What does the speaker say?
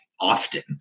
often